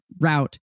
route